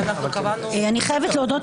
אני חייבת להודות,